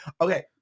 okay